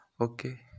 Okay